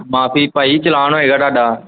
ਮੁਆਫ਼ੀ ਭਾਅ ਜੀ ਚਲਾਨ ਹੋਏਗਾ ਤੁਹਾਡਾ